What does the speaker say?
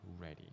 ready